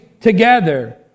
together